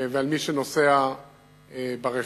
ועל מי שנוסע ברכבים.